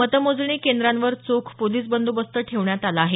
मतमोजणी केंद्रांवर चोख पोलिस बंदोबस्त ठेवण्यात आला आहे